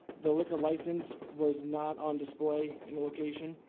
the liquor license was not on display in the location.